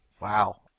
Wow